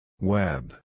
Web